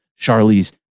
Charlize